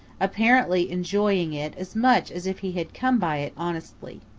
apparently enjoying it as much as if he had come by it honestly.